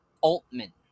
Altman